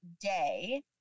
day